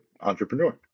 entrepreneur